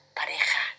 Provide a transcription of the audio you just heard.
pareja